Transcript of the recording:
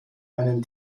einen